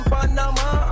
Panama